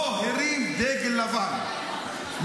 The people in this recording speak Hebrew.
לא הרים דגל לבן.